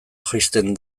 jaisten